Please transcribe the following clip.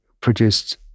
produced